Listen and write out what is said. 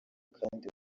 kandi